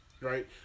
right